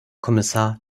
kommissar